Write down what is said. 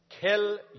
Kill